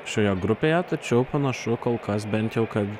šioje grupėje tačiau panašu kol kas bent jau kad